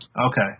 Okay